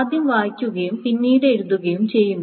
ആദ്യം വായിക്കുകയും പിന്നീട് എഴുതുകയും ചെയ്യുന്നു